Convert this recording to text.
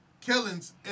killings